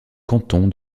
canton